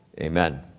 Amen